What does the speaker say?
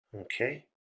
Okay